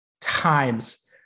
times